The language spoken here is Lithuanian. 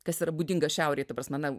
kas yra būdinga šiaurei ta prasme na